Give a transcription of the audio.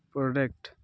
product